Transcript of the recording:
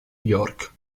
york